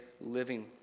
living